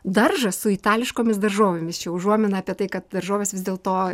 daržas su itališkomis daržovėmis čia užuomina apie tai kad daržoves vis dėlto